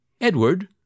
Edward